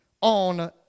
on